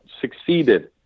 succeeded